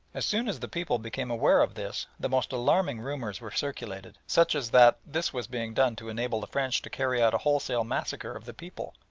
as soon as the people became aware of this the most alarming rumours were circulated, such as that this was being done to enable the french to carry out a wholesale massacre of the people,